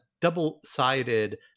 double-sided